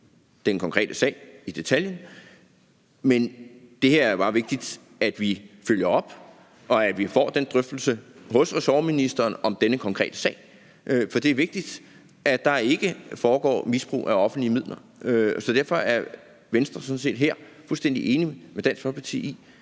den konkrete sag i detaljen, men her er det bare vigtigt, at vi følger op, og at vi får den drøftelse hos ressortministeren om den konkrete sag, for det er vigtigt, at der ikke foregår misbrug af offentlige midler. Derfor er Venstre sådan set her fuldstændig enig med Dansk Folkeparti i,